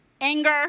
anger